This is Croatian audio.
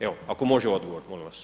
Evo ako može odgovor molim vas.